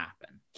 happen